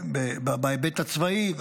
בהיבט הצבאי,